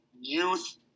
youth